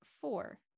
four